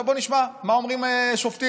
עכשיו בוא נשמע מה אומרים השופטים: